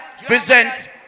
present